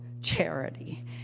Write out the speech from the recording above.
Charity